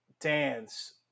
dance